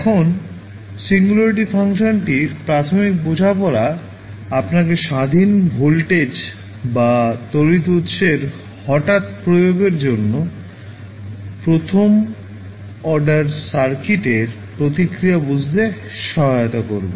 এখন সিঙ্গুলারিটি ফাংশনটির প্রাথমিক বোঝাপড়া আপনাকে স্বাধীন ভোল্টেজ বা তড়িৎ উত্সের হঠাৎ প্রয়োগের জন্য প্রথম অর্ডার সার্কিটের প্রতিক্রিয়া বুঝতে সহায়তা করবে